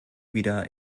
wieder